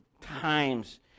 times